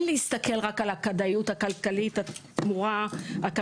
להסתכל רק על הכדאיות הכלכלית של המיזם,